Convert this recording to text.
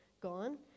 gone